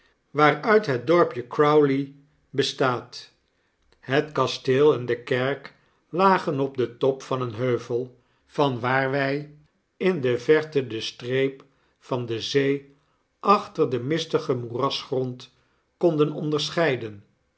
waaruit het dorpje crowley bestaat het kasteel en de kerk lagen op den top van een heuvel van waar wij in de verte de streep van de zee achter den mistigen moerasgrond konden onderscheiden